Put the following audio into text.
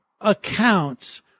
accounts